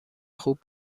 خوب